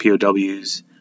POWs